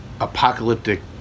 apocalyptic